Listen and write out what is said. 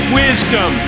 wisdom